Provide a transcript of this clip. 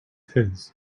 his